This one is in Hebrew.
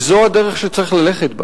וזו הדרך שצריך ללכת בה.